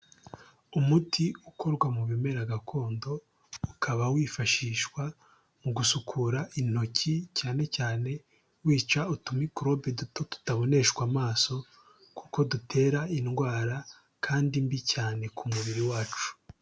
Umuti ukorwa mu bimera gakondo, ukaba wifashishwa mu gusukura intoki, cyane cyane wica utumikorobe duto tutaboneshwa amaso, kuko dutera indwara, kandi mbi cyane ku mubiri wacu.